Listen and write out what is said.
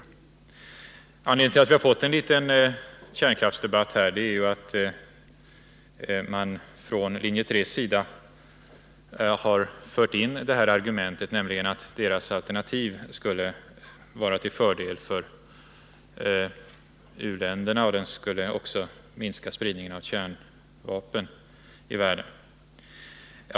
Anledningen till att vi har fått en liten kärnkraftsdebatt här är att man från linje 3:s sida har fört in argumenten att deras alternativ skulle vara till fördel för u-länderna och att det skulle minska spridningen av kärnvapen i världen.